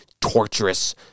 torturous